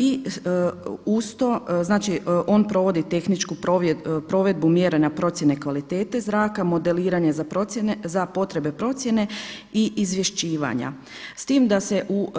I uz to, znači on provodi tehničku provedbu mjera na procjene kvalitete zraka, modeliranje za procjene, za potrebe procjene i izvješćivanja s tim da se u